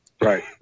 Right